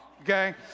okay